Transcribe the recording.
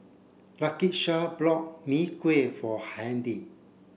Lakisha bought Mee Kuah for Handy